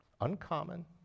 uncommon